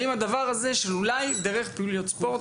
האם הדבר הזה של אולי דרך פעילויות ספורט,